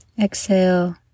Exhale